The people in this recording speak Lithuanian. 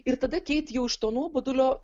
ir tada keit jau iš to nuobodulio